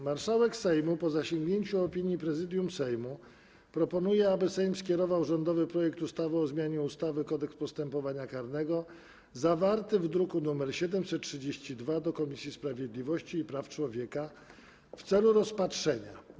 Marszałek Sejmu, po zasięgnięciu opinii Prezydium Sejmu, proponuje, aby Sejm skierował rządowy projekt ustawy o zmianie ustawy - Kodeks postępowania karnego, zawarty w druku nr 732, do Komisji Sprawiedliwości i Praw Człowieka w celu rozpatrzenia.